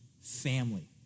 family